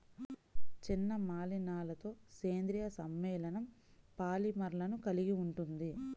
చిన్న మలినాలతోసేంద్రీయ సమ్మేళనంపాలిమర్లను కలిగి ఉంటుంది